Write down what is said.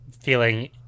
feeling